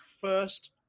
first